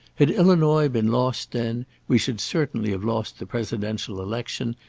had illinois been lost then, we should certainly have lost the presidential election,